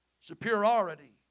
superiority